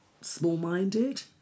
small-minded